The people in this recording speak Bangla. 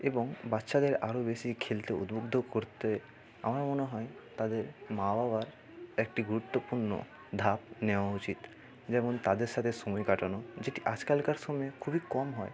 এবং বাচ্চাদের আরও বেশি খেলতে উদ্বুদ্ধ করতে আমার মনে হয় তাদের মা বাবার একটি গুরুত্বপূর্ণ ধাপ নেওয়া উচিত যেমন তাদের সাথে সময় কাটানো যেটি আজকালকার সময়ে খুবই কম হয়